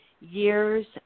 years